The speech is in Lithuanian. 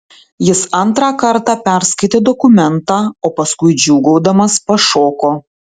jis antrą kartą perskaitė dokumentą o paskui džiūgaudamas pašoko